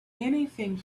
anything